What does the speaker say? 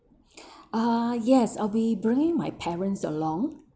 uh yes I'll be bringing my parents along